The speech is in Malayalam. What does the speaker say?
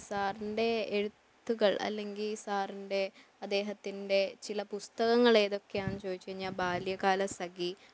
സാറിൻ്റെ എഴുത്തുകൾ അല്ലെങ്കിൽ സാറിൻ്റെ അദ്ദേഹത്തിൻ്റെ ചില പുസ്തകങ്ങൾ ഏതൊക്കെയാന്ന് ചോദിച്ചു കഴിഞ്ഞാൽ ബാല്യകാലസഖി